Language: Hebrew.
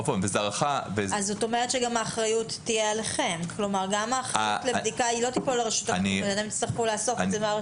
זאת אומרת שהאחריות לבדיקה תהיה עליכם,